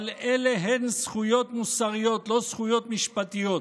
אבל אלה הן זכויות מוסריות, לא זכויות משפטיות.